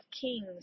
kings